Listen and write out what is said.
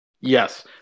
Yes